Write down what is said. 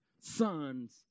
sons